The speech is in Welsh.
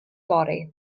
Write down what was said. fory